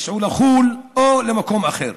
ייסעו לחו"ל או למקום אחר.